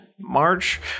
March